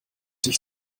dich